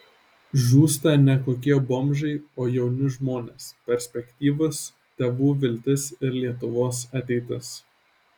žūsta ne kokie bomžai o jauni žmonės perspektyvūs tėvų viltis ir lietuvos ateitis